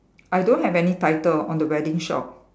I don't have any title on the wedding shop